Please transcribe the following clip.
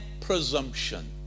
presumption